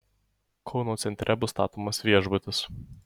kauno centre bus statomas viešbutis